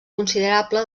considerable